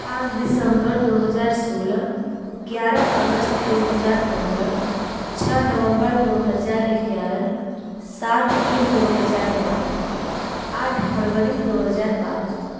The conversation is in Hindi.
पाँच दिसंबर दो हजार सोलह ग्यारह अगस्त दो हजार पंद्रह छः नवम्बर दो हजार ग्यारह सात जून दो हजार नौ आठ फरवरी दो हजार बारह